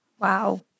Wow